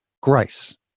Grace